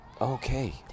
okay